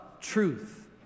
truth